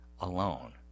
alone